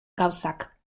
gauzak